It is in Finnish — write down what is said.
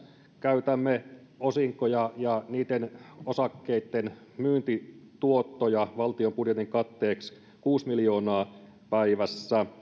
käytämme osinkoja ja niitten osakkeitten myyntituottoja valtion budjetin katteeksi kuusi miljoonaa päivässä